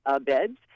beds